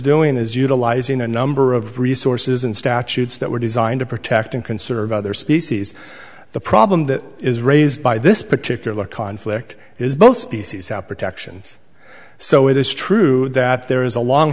doing is utilizing a number of resources and statutes that were designed to protect and conserve other species the problem that is raised by this particular conflict is both species have protections so it is true that there is a long